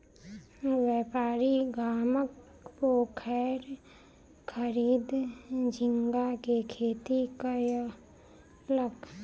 व्यापारी गामक पोखैर खरीद झींगा के खेती कयलक